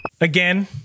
Again